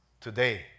Today